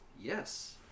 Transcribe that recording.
Yes